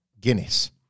Guinness